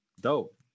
Dope